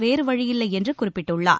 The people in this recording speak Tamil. வேறு வழியில்லை என்று குறிப்பிட்டுள்ளார்